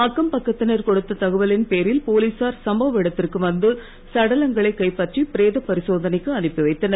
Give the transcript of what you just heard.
அக்கம்பக்கத்தினர் கொடுத்த தகவலின் பேரில் போலீசார் சம்பவ இடத்திற்கு வந்து சடலங்களைக் கைப்பற்றி பிரேத பரிசோதனைக்கு அனுப்பி வைத்தனர்